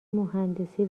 مهندسی